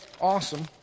awesome